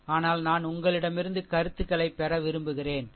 ஆனால் நான் உங்களிடமிருந்து கருத்துக்களைப் பெற விரும்புகிறேன் சரி